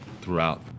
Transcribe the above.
throughout